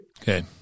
Okay